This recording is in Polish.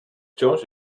wciąż